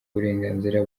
burenganzira